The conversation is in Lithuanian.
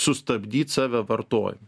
sustabdyt save vartojime